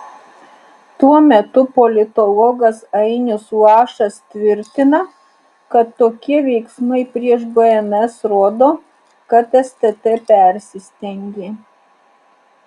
tuo metu politologas ainius lašas tvirtina kad tokie veiksmai prieš bns rodo kad stt persistengė